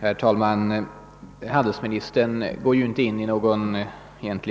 Herr talman! Handelsministern går inte in i någon